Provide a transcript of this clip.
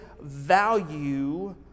value